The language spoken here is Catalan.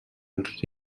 els